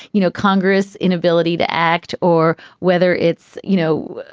you know, congress inability to act or whether it's, you know,